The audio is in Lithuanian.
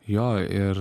jo ir